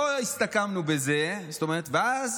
לא הסתפקנו בזה, ואז